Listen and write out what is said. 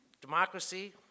Democracy